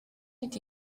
did